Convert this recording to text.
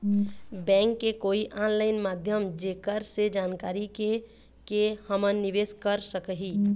Bank के कोई online माध्यम जेकर से जानकारी के के हमन निवेस कर सकही?